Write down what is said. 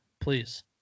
please